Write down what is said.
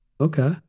okay